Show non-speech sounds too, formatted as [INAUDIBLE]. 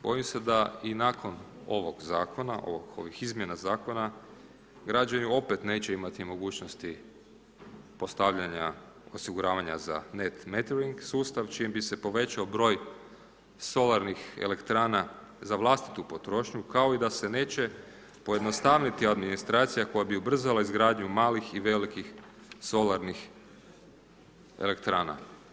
Bojim se da i nakon ovog zakona, ovih izmjena zakona građani opet neće imati mogućnosti postavljanja osiguravanja za ... [UNINTELLIGIBLE] sustav čime bi se povećao broj solarnih elektrana za vlastitu potrošnju, kao i da se neće pojednostaviti administracija koja bi ubrzala izgradnju malih i velikih solarnih elektrana.